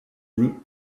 route